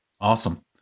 Awesome